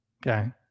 Okay